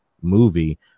movie